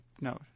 no